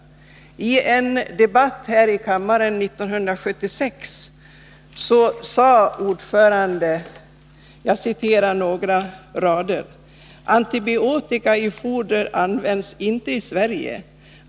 I en debatt här i kammaren 1976 sade ordföranden: ”Antibiotika i foder används inte i Sverige.